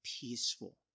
peaceful